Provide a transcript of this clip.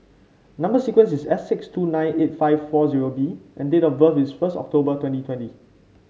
number sequence is S six two nine eight five four zero B and date of birth is first October twenty twenty